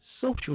social